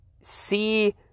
see